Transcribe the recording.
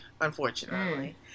unfortunately